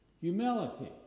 Humility